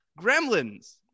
gremlins